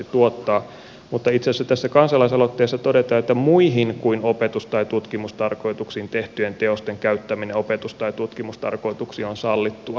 mutta itse asiassa tässä kansalaisaloitteessa todetaan että muihin kuin opetus tai tutkimustarkoituksiin tehtyjen teosten käyttäminen opetus tai tutkimustarkoituksiin on sallittua